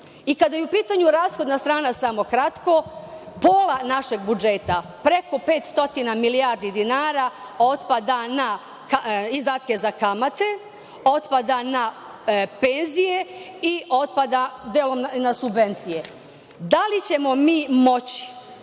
je u pitanju rashodna strana, samo kratko, pola našeg budžeta, preko 500 milijardi dinara, otpada na izdatke za kamate, otpada na penzije i otpada delom na subvencije. Da li ćemo mi moći